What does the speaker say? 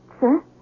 sir